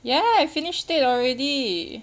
ya I finished it already